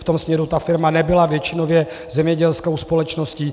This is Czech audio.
V tom směru ta firma nebyla většinově zemědělskou společností.